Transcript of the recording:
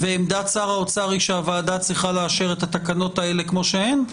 ועמדת שר האוצר היא שהוועדה צריכה לאשר את התקנות האלה כמו שהן?